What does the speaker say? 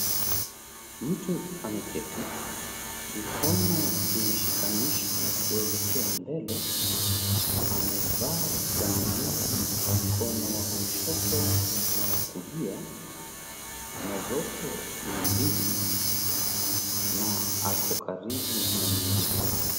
Mtu ameketi. Mikono imeshikanishwa kuelekea mbele. Amevaa bangili mkono wa kushoto na wa kulia na zote ni mbili na ako karibu na mwingine.